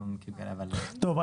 טוב,